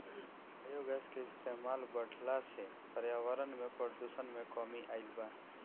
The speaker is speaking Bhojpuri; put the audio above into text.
बायोगैस के इस्तमाल बढ़ला से पर्यावरण में प्रदुषण में कमी आइल बा